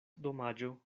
domaĝo